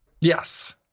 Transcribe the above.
Yes